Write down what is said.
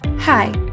Hi